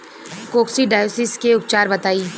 Coccidiosis के उपचार बताई?